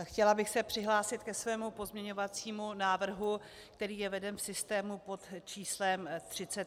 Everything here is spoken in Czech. Chtěla bych se přihlásit ke svému pozměňovacímu návrhu, který je veden v systému pod číslem 3103.